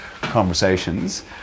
conversations